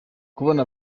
kubona